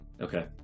Okay